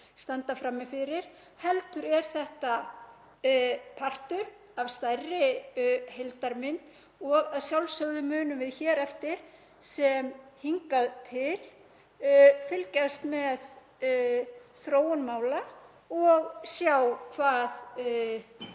standa frammi fyrir heldur er þetta partur af stærri heildarmynd og að sjálfsögðu munum við hér eftir sem hingað til fylgjast með þróun mála og sjá hvað